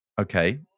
Okay